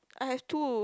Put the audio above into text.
I have two